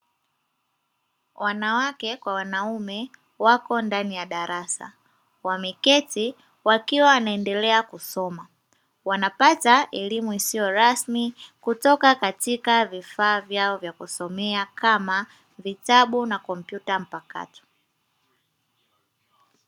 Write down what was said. Wanawake kwa wanaume wako ndani ya darasa wameketi wakiwa wanaendelea kusoma, wanapata elimu isiyo rasmi kutoka katika vifaa vyao vya kusomea kama vitabu na komoyuta mpakato.